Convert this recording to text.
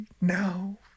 now